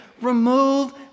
Remove